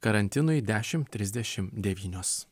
karantinui dešim trisdešim devynios